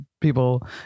people